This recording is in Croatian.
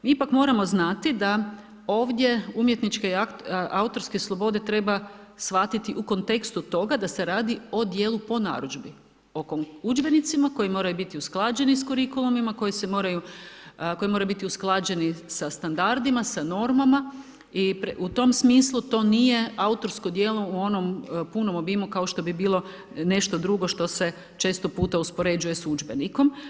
Ipak moramo znati, da ovdje umjetničke i autorske slobode treba shvatiti u kontekstu toga, da se radi o dijelu po narudžbi, oko udžbenicima koje moraju biti usklađeni sa kurikulima, koje moraju biti usklađeni sa standardima sa norama i u tom smislu to nije autorsko djelo u onom punom obimu kao što bi bilo nešto drugo što se često puta uspoređuje s udžbenikom.